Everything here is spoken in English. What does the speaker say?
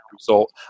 result